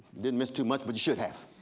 didn't miss too much but you should have.